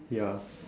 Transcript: ya